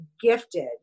gifted